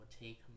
take